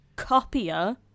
copier